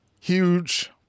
huge